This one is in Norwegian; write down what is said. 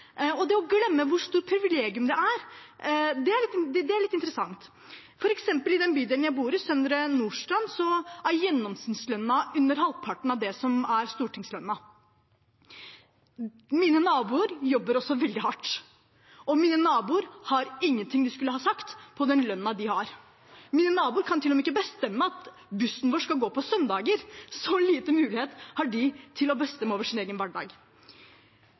og glemme hvilket stort privilegium det er – det er litt interessant. I f.eks. den bydelen jeg bor i, Søndre Nordstrand, er gjennomsnittslønnen under halvparten av det som er stortingslønnen. Mine naboer jobber også veldig hardt, og mine naboer har ingenting de skulle ha sagt når det gjelder den lønnen de har. Mine naboer kan ikke engang bestemme at bussen vår skal gå på søndager. Så liten mulighet har de til å bestemme over sin egen hverdag.